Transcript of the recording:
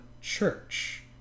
church